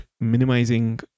minimizing